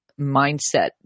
mindset